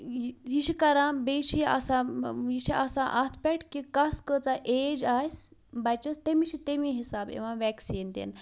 یہِ چھِ کَران بیٚیہِ چھِ یہِ آسان یہِ چھِ آسان اَتھ پٮ۪ٹھ کہِ کَس کۭژاہ ایج آسہِ بَچَس تٔمِس چھِ تیٚمی حساب یِوان ویکسیٖن دِنہٕ